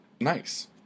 nice